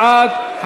בעד,